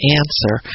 answer